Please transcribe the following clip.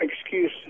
excuse